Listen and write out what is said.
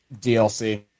DLC